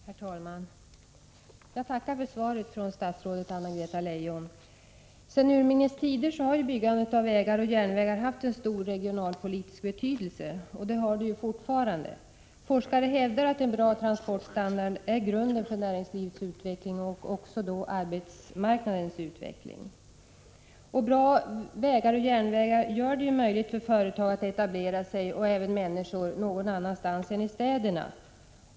Herr talman! Jag tackar för svaret från statsrådet Anna-Greta Leijon. Sedan urminnes tider har byggande av vägar och järnvägar haft en stor regionalpolitisk betydelse, och det har det fortfarande. Forskare hävdar att en bra transportstandard är grunden för näringslivets utveckling och då även arbetsmarknadens utveckling. Bra vägar och järnvägar gör det möjligt för företag och även människor att etablera sig någon annanstans än i städerna.